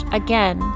again